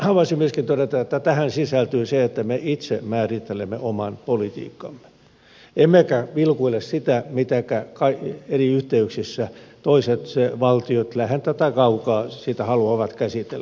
haluaisin myöskin todeta että tähän sisältyy se että me itse määrittelemme oman politiikkamme emmekä vilkuile sitä mitenkä eri yhteyksissä toiset valtiot läheltä tai kaukaa sitä haluavat käsitellä